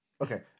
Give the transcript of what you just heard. Okay